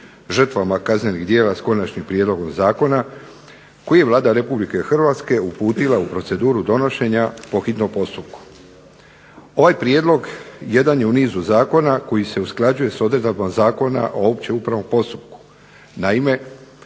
žrtvama kaznenih djela s konačnim prijedlogom zakona, koji je Vlada Republike Hrvatske uputila u proceduru donošenja po hitnom postupku. Ovaj prijedlog jedan je u nizu zakona koji se usklađuje s odredbama Zakona o općem upravnom postupku.